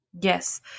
Yes